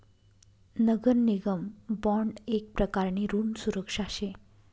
नगर निगम बॉन्ड येक प्रकारनी ऋण सुरक्षा शे